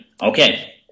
Okay